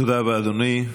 תודה רבה, אדוני.